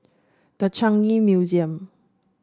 The Changi Museum